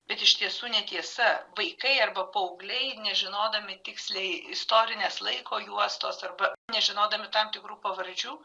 bet iš tiesų netiesa vaikai arba paaugliai nežinodami tiksliai istorinės laiko juostos arba nežinodami tam tikrų pavardžių